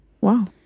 Wow